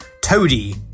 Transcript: Toadie